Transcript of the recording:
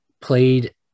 played